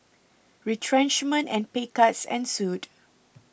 retrenchment and pay cuts ensued